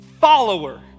follower